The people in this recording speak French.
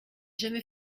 jamais